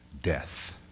death